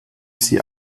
sie